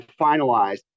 finalized